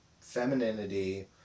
femininity